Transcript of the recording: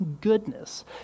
goodness